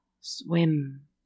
swim